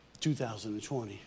2020